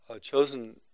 Chosen